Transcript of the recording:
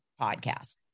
podcast